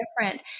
different